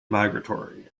migratory